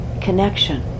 connection